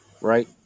right